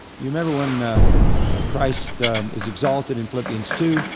you remember when christ is exalted in philippians two,